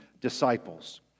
disciples